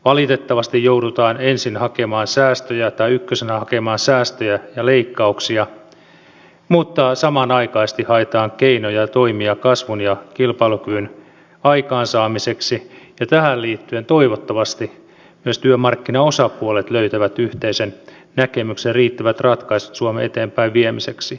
valitettavasti joudutaan ykkösenä hakemaan säästöjä ja leikkauksia mutta samanaikaisesti haetaan keinoja ja toimia kasvun ja kilpailukyvyn aikaansaamiseksi ja tähän liittyen toivottavasti myös työmarkkinaosapuolet löytävät yhteisen näkemyksen ja riittävät ratkaisut suomen eteenpäinviemiseksi